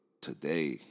today